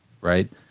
right